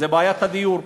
היא בעיית הדיור.